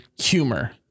humor